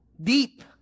Deep